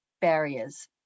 barriers